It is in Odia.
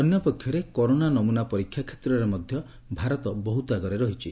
ଅନ୍ୟପକ୍ଷରେ କରୋନା ନମ୍ରନା ପରୀକ୍ଷା କ୍ଷେତ୍ରରେ ମଧ୍ୟ ଭାରତ ବହୁତ ଆଗରେ ରହିଛି